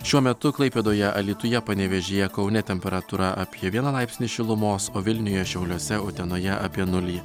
šiuo metu klaipėdoje alytuje panevėžyje kaune temperatūra apie vieną laipsnį šilumos o vilniuje šiauliuose utenoje apie nulį